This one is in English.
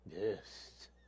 Yes